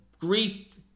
grief